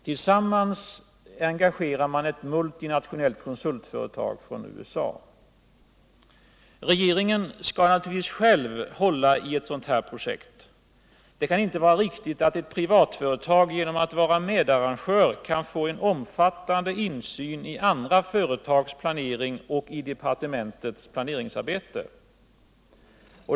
Tillsammans engagerar man ett multinationellt konsultföretag från USA. Regeringen skall naturligtvis själv hålla i ett sådant här projekt. Det kan inte vara riktigt att ett privatföretag genom att vara medarrangör kan få en omfattande insyn i andra företags planering och i departementets planeringsarbete.